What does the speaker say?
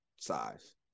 size